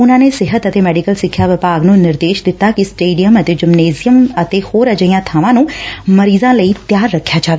ਉਨਾਂ ਨੇ ਸਿਹਤ ਅਤੇ ਮੈਡੀਕਲ ਸਿੱਖਿਆ ਵਿਭਾਗਾਂ ਨੂੰ ਨਿਰਦੇਸ਼ ਦਿੱਤਾ ਕਿ ਸਟੇਡੀਅਮ ਜਿਮਨੇਜ਼ਿਅਮ ਅਤੇ ਹੋਰ ਅਜਿਹੀਆਂ ਬਾਵਾਂ ਨੂੰ ਮਰੀਜ਼ਾਂ ਲਈ ਤਿਆਰ ਰੱਖਿਆ ਜਾਵੇ